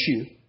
issue